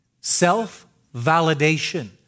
self-validation